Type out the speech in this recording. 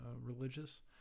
religious